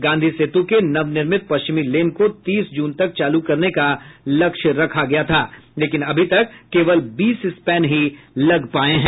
गांधी सेतु के नव निर्मित पश्चिमी लेन को तीस जून तक चालू करने का लक्ष्य रखा गया था लेकिन अभी तक केवल बीस स्पैन ही लग पाये हैं